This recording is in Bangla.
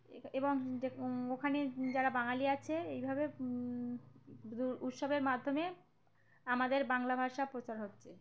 এবং যে ওখানে যারা বাঙালি আছে এইভাবে উৎসবের মাধ্যমে আমাদের বাংলা ভাষা প্র চার হচ্ছে